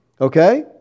Okay